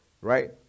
right